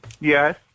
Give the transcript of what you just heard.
yes